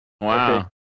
Wow